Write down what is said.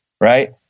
right